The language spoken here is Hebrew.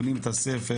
קונים את הספר.